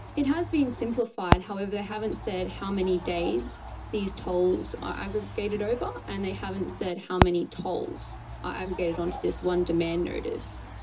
it has been simplified, however they haven't said how many days these tolls are aggregated over and they haven't said how many tolls are aggregated onto this one demand notice.